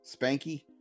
spanky